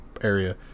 area